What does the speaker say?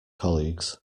colleagues